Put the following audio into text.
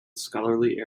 scholarly